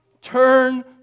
turn